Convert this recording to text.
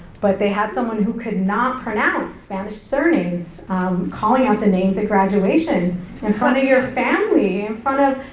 but they had someone who could not pronounce spanish surnames calling out the names at graduation in front of your family, in front of,